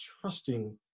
trusting